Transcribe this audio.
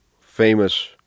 famous